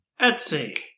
Etsy